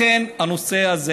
הנושא הזה,